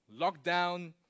Lockdown